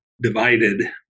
divided